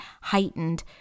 heightened